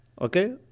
Okay